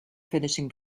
finishing